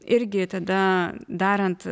irgi tada darant